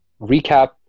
recap